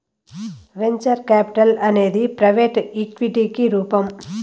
venture capital అనేది private ఈక్విటికి రూపం